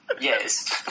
Yes